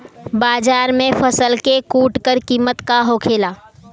बाजार में फसल के फुटकर कीमत का होखेला?